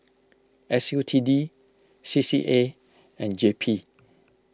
S U T D C C A and J P